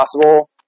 possible